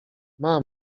mamo